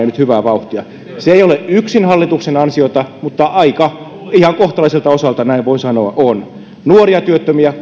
nyt hyvää vauhtia se ei ole yksin hallituksen ansiota mutta ihan kohtalaiselta osalta on näin voin sanoa nuoria työttömiä